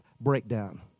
breakdown